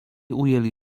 ujęli